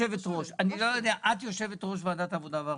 את יושבת ראש ועדת העבודה והרווחה.